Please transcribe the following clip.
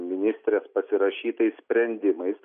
ministrės pasirašytais sprendimais